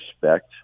respect